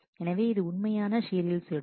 எனவே இது உண்மையான சீரியல் ஷெட்யூல்